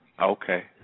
Okay